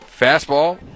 fastball